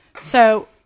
So-